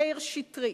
מאיר שטרית.